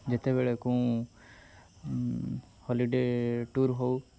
ଯେତେବେଳେ କେଉଁ holiday tour ହଉ